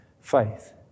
faith